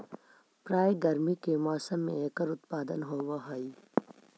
प्रायः गर्मी के मौसम में एकर उत्पादन होवअ हई